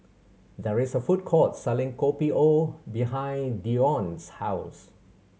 there is a food court selling Kopi O behind Dione's house